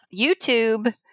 YouTube